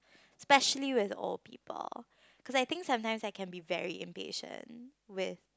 specially with old people cause I think sometimes I can be very impatient with